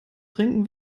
trinken